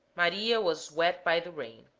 maria was wet by the rain